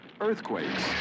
earthquakes